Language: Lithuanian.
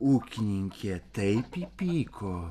ūkininkė taip įpyko